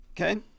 okay